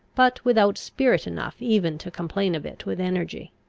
but without spirit enough even to complain of it with energy.